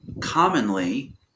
commonly